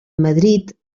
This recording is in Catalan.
madrid